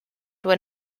when